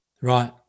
Right